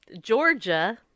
Georgia